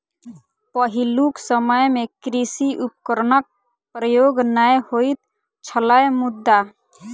पहिलुक समय मे कृषि उपकरणक प्रयोग नै होइत छलै मुदा